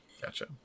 Gotcha